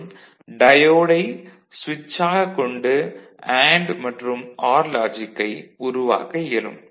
மற்றும் டயோடை சுவிட்சாகக் கொண்டு அண்டு மற்றும் அர் லாஜிகை உருவாக்க இயலும்